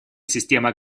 система